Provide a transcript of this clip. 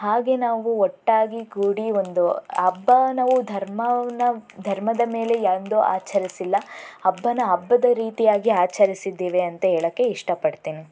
ಹಾಗೆ ನಾವು ಒಟ್ಟಾಗಿ ಕೂಡಿ ಒಂದು ಹಬ್ಬ ನಾವು ಧರ್ಮವನ್ನು ಧರ್ಮದ ಮೇಲೆ ಎಂದು ಆಚರಿಸಿಲ್ಲ ಹಬ್ಬನ ಹಬ್ಬದ ರೀತಿಯಾಗಿ ಆಚರಿಸಿದ್ದೀವಿ ಅಂತ ಹೇಳೋಕ್ಕೆ ಇಷ್ಟಪಡ್ತೀನಿ